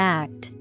act